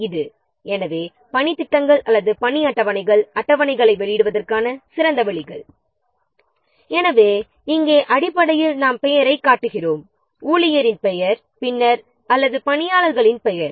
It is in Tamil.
இதுவே பணித் திட்டங்கள் அல்லது பணி அட்டவணைகளை வெளியிடுவதற்கான சிறந்த வழிகள் எனவே இங்கே அடிப்படையில் நாம் பெயரைக் காட்டுகிறோம் அதாவது ஊழியரின் பெயர் அல்லது பணியாளர்களின் பெயர்